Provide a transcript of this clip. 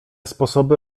sposoby